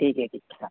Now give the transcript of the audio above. ठीक आहे ठीक आहे हां